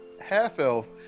half-elf